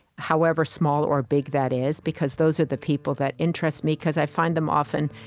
however small or big that is, because those are the people that interest me, because i find them, often,